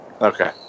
okay